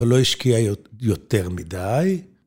‫ולא השקיע יותר מדי.